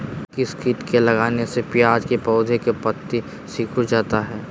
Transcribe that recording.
किस किट के लगने से प्याज के पौधे के पत्ते सिकुड़ जाता है?